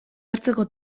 hartzeko